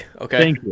Okay